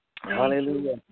Hallelujah